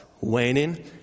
waning